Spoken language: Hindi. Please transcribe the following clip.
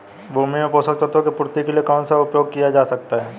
भूमि में पोषक तत्वों की पूर्ति के लिए कौन कौन से उपाय किए जा सकते हैं?